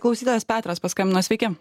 klausytojas petras paskambino sveiki